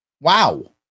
Wow